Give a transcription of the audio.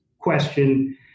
question